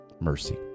mercy